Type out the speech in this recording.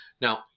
Now